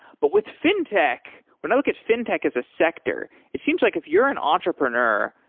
but with fintech, when i look at fintech as a sector, it seems like if you're an entrepreneur,